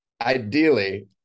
Ideally